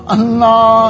Allah